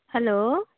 hello